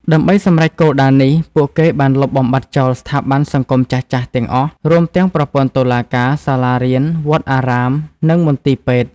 ដើម្បីសម្រេចគោលដៅនេះ ពួកគេបានលុបបំបាត់ចោលស្ថាប័នសង្គមចាស់ៗទាំងអស់ រួមទាំងប្រព័ន្ធតុលាការ សាលារៀន វត្តអារាម និងមន្ទីរពេទ្យ។